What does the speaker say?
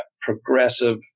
progressive